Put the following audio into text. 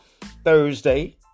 thursday